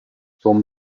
son